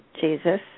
Jesus